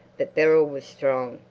but beryl was strong.